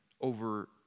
over